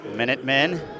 Minutemen